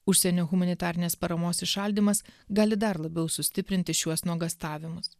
užsienio humanitarinės paramos įšaldymas gali dar labiau sustiprinti šiuos nuogąstavimus